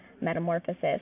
metamorphosis